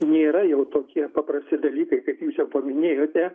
nėra jau tokie paprasti dalykai kaip jūs ir paminėjote